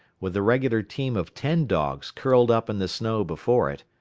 with the regular team of ten dogs curled up in the snow before it,